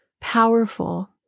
powerful